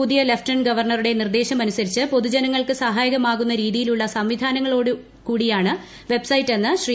പുതിയ ലഫ്റ്റനന്റ് ഗവർണറുടെ നിർദ്ദേശമനുസരിച്ച് പൊതുജനങ്ങൾക്ക് സഹായകമാകുന്ന രീതിയിലുള്ള സംവിധാനങ്ങളോടെയുള്ളതാണ് വെബ്സൈറ്റ് എന്ന് ശ്രീ